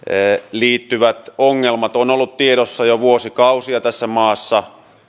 liittyvät ongelmat ovat olleet tiedossa jo vuosikausia tässä maassa